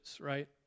right